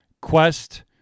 quest